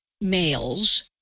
males